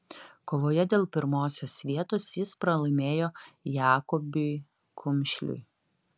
kovoje dėl pirmosios vietos jis pralaimėjo jakobiui kumšliui